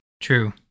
True